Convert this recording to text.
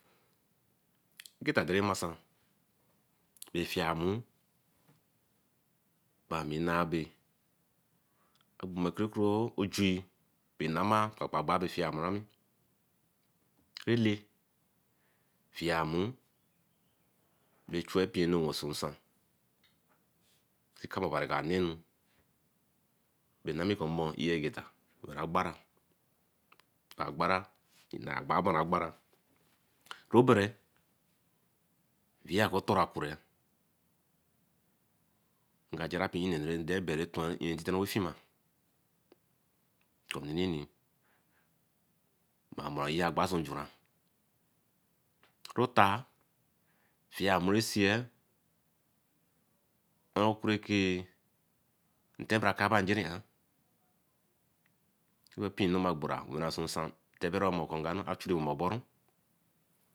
Egeta tere masan afiemeru ba mi nah beh banmarakiki-oji kpee namaa fiamaramu ele fiamuru wey chue pee anu wenso nsan see kai Obari ko Owanenu. Binamikomoi ife egeta bara agbara, agbara binagbara tebere wia oka eteracura nkaja pee enu nde berre intite wey filma ami nini ma ee agha say njura rota fiamirasiye un akureke inte bra aka ba jeri ann ekpee wey ma gbora chu nsan tebe omo ko a churry weren oboru.